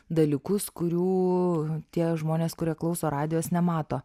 dalykus kurių tie žmonės kurie klauso radijos nemato